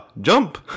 jump